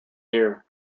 year